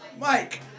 Mike